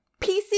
PC